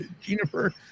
Jennifer